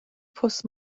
pws